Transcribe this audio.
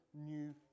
new